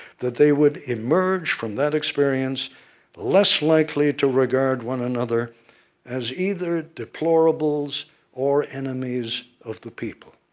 that they would emerge from that experience less likely to regard one another as either deplorables or enemies of the people.